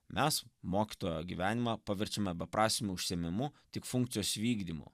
mes mokytojo gyvenimą paverčiame beprasmiu užsiėmimu tik funkcijos vykdymu